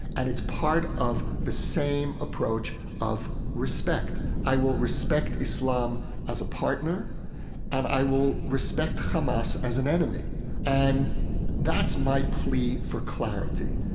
and it's part of the same approach of respect. i will respect islam as a partner and i will respect hamas as an enemy and that's my plea for clarity,